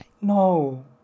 No